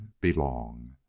belong